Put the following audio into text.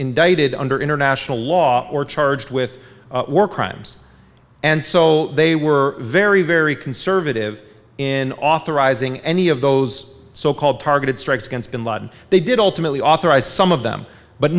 indicted under international law or charged with war crimes and so they were very very conservative in authorizing any of those so called targeted strikes against bin laden they did ultimately authorize some of them but